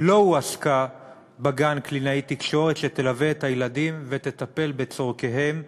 לא הועסקה בגן קלינאית תקשורת שתלווה את הילדים ותטפל בצורכיהם,